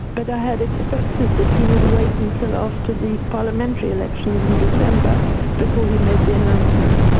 but i had expected that he would wait until after the parliamentary elections in december before he made the announcement.